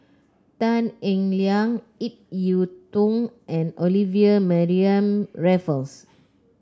Tan Eng Liang Ip Yiu Tung and Olivia Mariamne Raffles